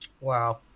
Wow